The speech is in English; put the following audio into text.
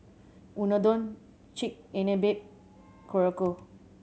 Unadon Chigenabe Korokke